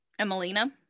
Emelina